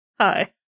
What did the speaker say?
hi